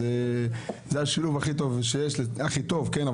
אז זה השילוב הכי טוב שיש, הכי טוב, כן?